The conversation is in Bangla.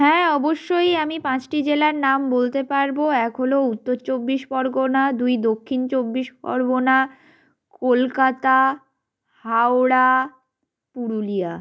হ্যাঁ অবশ্যই আমি পাঁচটি জেলার নাম বলতে পারব এক হল উত্তর চব্বিশ পরগনা দুই দক্ষিণ চব্বিশ পরগনা কলকাতা হাওড়া পুরুলিয়া